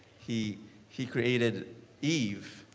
he he created eve.